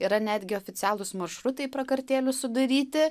yra netgi oficialūs maršrutai prakartėlių sudaryti